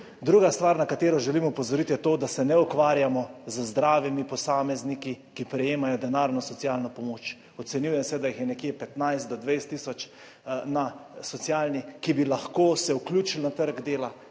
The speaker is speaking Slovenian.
Druga stvar, na katero želim opozoriti, je to, da se ne ukvarjamo z zdravimi posamezniki, ki prejemajo denarno socialno pomoč. Ocenjuje se, da jih je nekje 15 do 20 tisoč na socialni, ki bi lahko se vključili na trg dela,